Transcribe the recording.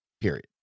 period